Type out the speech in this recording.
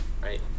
right